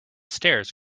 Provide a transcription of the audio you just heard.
stairs